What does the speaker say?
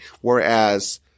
Whereas